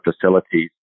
facilities